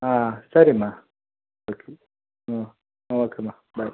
ಆಂ ಸರಿಮ್ಮ ಓಕೆ ಹ್ಞೂ ಓಕೆ ಮಾ ಬಾಯ್